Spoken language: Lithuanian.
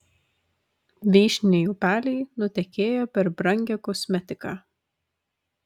vyšniniai upeliai nutekėjo per brangią kosmetiką